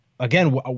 Again